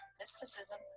mysticism